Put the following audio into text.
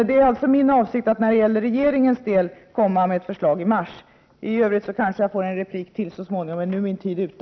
Det är alltså min avsikt att för regeringens del komma med ett förslag i mars. I övrigt kanske jag får återkomma i nästa replik — tiden för den här repliken är nu ute.